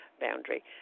boundary